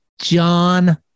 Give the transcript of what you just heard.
John